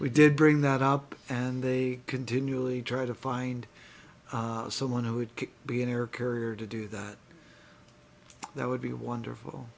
we did bring that up and they continually try to find someone who would be an air carrier to do that that would be wonderful